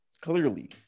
Clearly